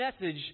message